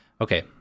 Okay